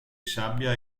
sabbia